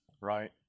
Right